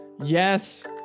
yes